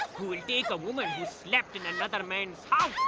who would take a woman who's slept in another man's house!